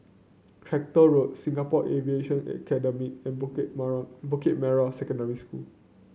Tractor Road Singapore Aviation Academy and Bukit Bukit Merah Secondary School